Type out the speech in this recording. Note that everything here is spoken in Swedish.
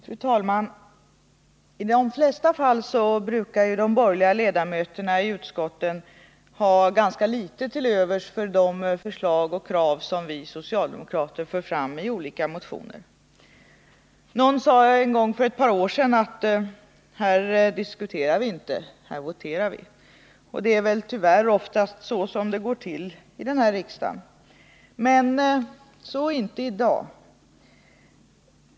Fru talman! I de flesta fall brukar ju de borgerliga ledamöterna i utskotten ha ganska litet till övers för de förslag och krav som vi socialdemokrater för fram i olika motioner. Någon sade en gång för ett par år sedan att här diskuterar vi inte, här voterar vi. Och det är väl tyvärr oftast så det går till i den här riksdagen. Men så inte i dag.